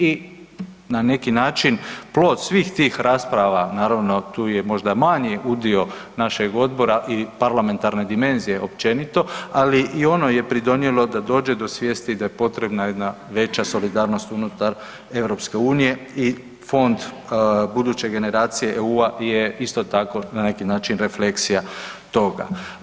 I na neki način plod svih tih rasprava, naravno tu je možda manji udio našeg odbora i parlamentarne dimenzije općenito, ali i ono je pridonijelo da dođe do svijesti da je potrebna jedna veća solidarnost unutar EU i Fond buduće generacije EU-a je isto tako na neki način refleksija toga.